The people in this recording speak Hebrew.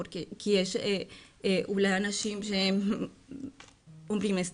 כי יש אולי אנשים שאומרים סתם,